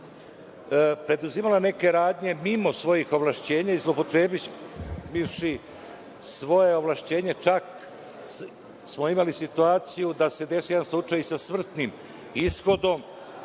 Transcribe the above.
preduzimala neke radnje mimo svojih ovlašćenja i zloupotrebivši svoje ovlašćenja, čak smo imali situaciju da se desio jedan slučaj i sa smrtnim ishodom.